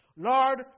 Lord